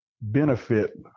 benefit